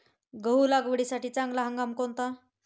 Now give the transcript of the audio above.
गहू लागवडीसाठी चांगला हंगाम कोणता?